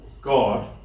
God